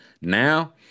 Now